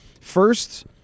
first